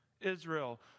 Israel